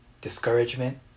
discouragement